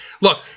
Look